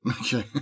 Okay